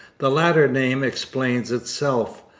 the latter name explains itself.